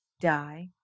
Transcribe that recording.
die